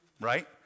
Right